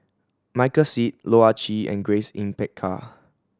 Michael Seet Loh Ah Chee and Grace Yin Peck Ha